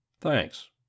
Thanks